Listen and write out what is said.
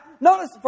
notice